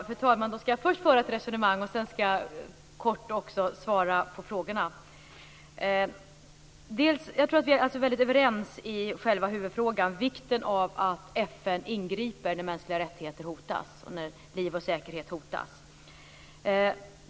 Fru talman! Då skall jag först föra ett resonemang och sedan kort svara på frågorna. Jag tror alltså att vi är väldigt överens i själva huvudfrågan, vikten av att FN ingriper när mänskliga rättigheter hotas och när liv och säkerhet hotas.